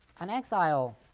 an exile,